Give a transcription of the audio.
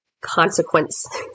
consequence